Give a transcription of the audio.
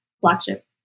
flagship